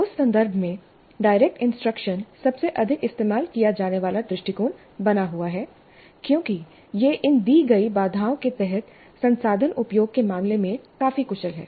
उस संदर्भ में डायरेक्ट इंस्ट्रक्शन सबसे अधिक इस्तेमाल किया जाने वाला दृष्टिकोण बना हुआ है क्योंकि यह इन दी गई बाधाओं के तहत संसाधन उपयोग के मामले में काफी कुशल है